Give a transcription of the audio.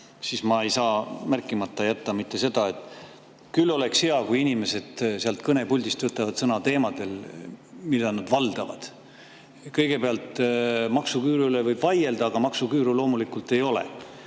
kuidagi seda märkimata jätta. Küll oleks hea, kui inimesed seal kõnepuldis võtavad sõna teemadel, mida nad valdavad. Kõigepealt, maksuküüru üle võib vaielda, aga maksuküüru loomulikult ei ole